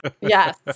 Yes